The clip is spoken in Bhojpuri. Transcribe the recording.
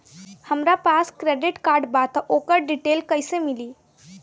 हमरा पास क्रेडिट कार्ड बा त ओकर डिटेल्स कइसे मिली?